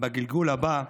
בגלגול הבא,